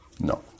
No